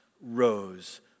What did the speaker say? rose